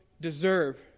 deserve